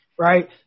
Right